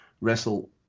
wrestle